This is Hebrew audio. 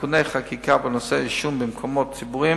תיקוני חקיקה בנושא העישון במקומות ציבוריים